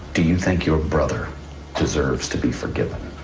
do think your brother deserves to be foregiven?